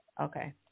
Okay